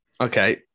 Okay